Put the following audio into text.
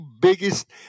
biggest